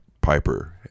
Piper